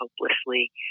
hopelessly